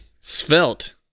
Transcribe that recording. svelte